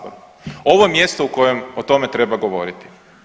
Ovo je mjesto u kojem o tome treba govoriti.